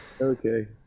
Okay